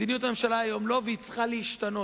מדיניות הממשלה היום לא, והיא צריכה להשתנות.